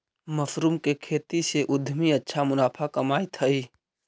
mushroom के खेती से उद्यमी अच्छा मुनाफा कमाइत हइ